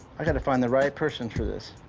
i've got to find the right person for this.